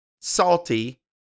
salty